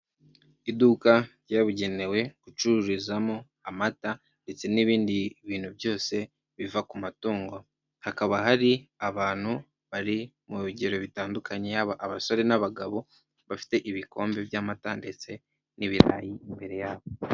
Iduka ryabugenewe gucururizamo amata ndetse n'ibindi bintu byose biva ku matungo hakaba hari abantu bari mu ngero zitandukanye abasore n'abagabo bafite ibikombe by'amata ndetse n'ibirayi imbere yabo.